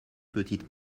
petites